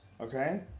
okay